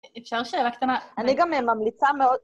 אפשר שאלה קטנה? אני גם ממליצה מאוד.